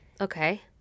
Okay